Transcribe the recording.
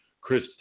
Chris